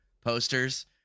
posters